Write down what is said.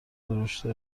رشد